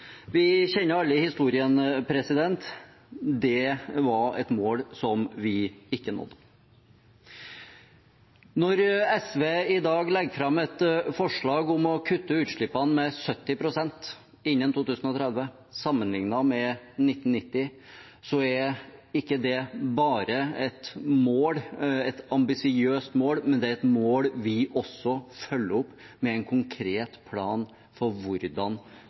Vi kjenner alle historien – det var et mål vi ikke nådde. Når SV i dag legger fram et forslag om å kutte utslippene med 70 pst. innen 2030, sammenlignet med 1990, er ikke det bare et ambisiøst mål, men det er et mål vi også følger opp med en konkret plan for hvordan